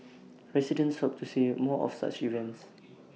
residents hope to see if more of such events